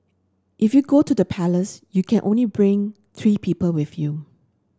if you go to the palace you can only bring three people with you